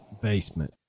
basement